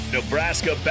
Nebraska